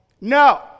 No